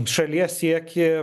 šalies siekį